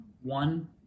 one